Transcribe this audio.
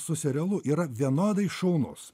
su serialu yra vienodai šaunus